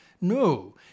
No